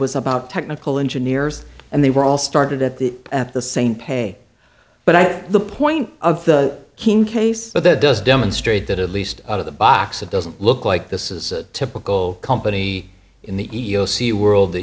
was about technical engineers and they were all started at the at the same pay but i think the point of the king case but that does demonstrate that at least out of the box it doesn't look like this is a typical company in the e e o c world that